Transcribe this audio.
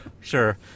Sure